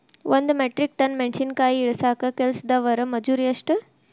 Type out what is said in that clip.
ಒಂದ್ metric ton ಮೆಣಸಿನಕಾಯಿ ಇಳಸಾಕ್ ಕೆಲಸ್ದವರ ಮಜೂರಿ ಎಷ್ಟ?